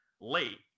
late